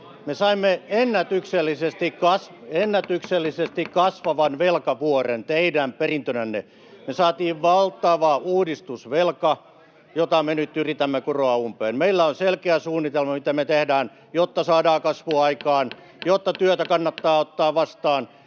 koputtaa] ennätyksellisesti kasvavan velkavuoren teidän perintönänne. Me saatiin valtava uudistusvelka, jota me nyt yritämme kuroa umpeen. Meillä on selkeä suunnitelma, mitä me tehdään, jotta saadaan kasvua aikaan, jotta